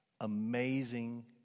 Amazing